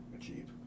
achieve